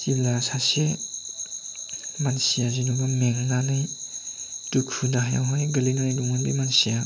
जेब्ला सासे मानसिया जेन'बा मेंनानै दुखु दाहायावहाय गोलैनानै दङ बे मानसिया